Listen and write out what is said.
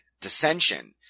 dissension